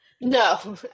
No